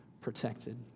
protected